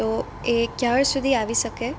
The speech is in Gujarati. તો એ ક્યાર સુધી આવી શકે